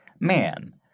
man